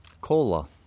Cola